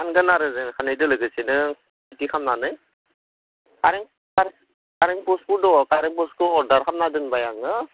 फानगोन आरो जों सानैजों लोगोसेनो खेथि खामनानै खारेन्ट पस्टबो दङ खारेन्ट पस्टखौ अरदार खालामना दोनबाय आङो